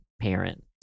parent